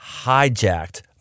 hijacked